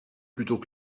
plutôt